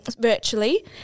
virtually